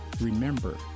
remember